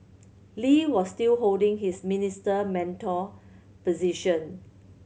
Lee was still holding his Minister Mentor position